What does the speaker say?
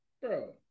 bro